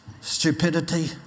stupidity